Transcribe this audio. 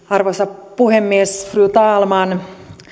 arvoisa puhemies fru talman